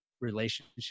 relationship